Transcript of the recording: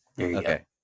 Okay